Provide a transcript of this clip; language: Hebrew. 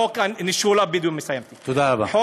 חוק נישול הבדואים.